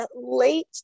late